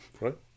right